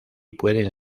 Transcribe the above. pueden